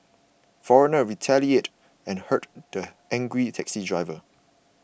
foreigner retaliated and hurt the angry taxi uncle